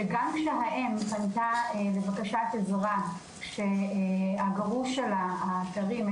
שגם כשהאם פנתה בבקשת עזרה שהגרוש שלה הטרי נכנס לכלא